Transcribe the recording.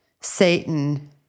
Satan